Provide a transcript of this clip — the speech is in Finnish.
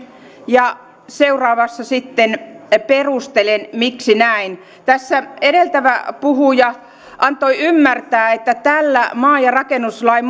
ja seuraavaksi sitten perustelen miksi näin tässä edeltävä puhuja antoi ymmärtää että tällä maa ja rakennuslain